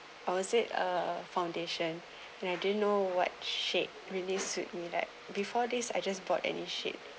or is it a foundation and I didn't know what shade really suit me like before this I just bought any shade